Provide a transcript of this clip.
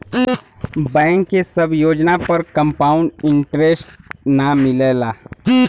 bank के सब योजना पर कंपाउड इन्टरेस्ट नाहीं मिलला